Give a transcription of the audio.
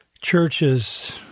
churches